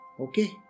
Okay